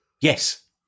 yes